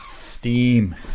Steam